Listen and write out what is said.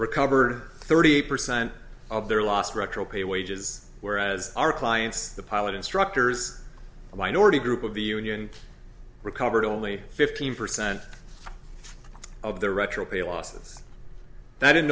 recover thirty percent of their last retro pay wages whereas our clients the pilot instructors a minority group of the union recovered only fifteen percent of their retro pay losses